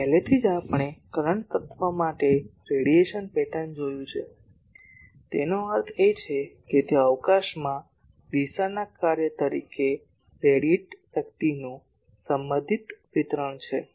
પહેલેથી જ આપણે કરંટ તત્વ માટે રેડિયેશન પેટર્ન જોયું છે તેનો અર્થ એ કે તે અવકાશમાં દિશાના કાર્ય તરીકે રેડીયેટેડ શક્તિનું સંબંધિત વિતરણ છે